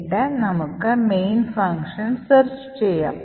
എന്നിട്ട് നമുക്ക് main function search ചെയ്യാം